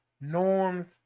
norms